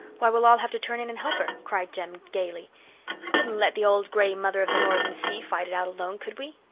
why, we'll all have to turn in and help her, cried jem gaily. we couldn't let the old grey mother of the northern sea fight it out alone, could we?